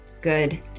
good